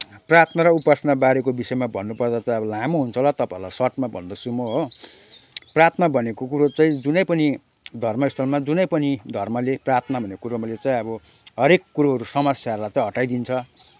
प्रार्थना र उपासनाबारेको विषयमा भन्नुपर्दा त अब लामो हुन्छ होला तपाईँलाई सर्टमा भन्दैछु म हो प्रार्थना भनेको कुरो चाहिँ जुनै पनि धर्मस्थलमा जुनै पनि धर्मले प्रार्थना भनेको कुरो मैले चाहिँ अब हरेक कुरोहरू समस्याहरूलाई चाहिँ हटाइदिन्छ